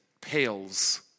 pales